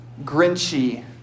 grinchy